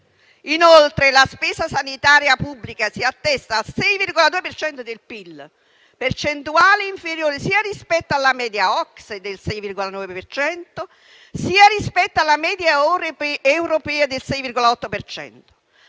Inoltre, la spesa sanitaria pubblica si attesta al 6,2 per cento del PIL: percentuale inferiore sia rispetto alla media OCSE del 6,9 per cento, sia rispetto alla media europea del 6,8